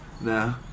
No